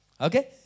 okay